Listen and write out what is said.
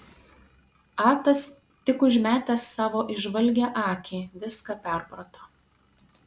atas tik užmetęs savo įžvalgią akį viską perprato